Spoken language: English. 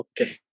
Okay